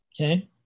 okay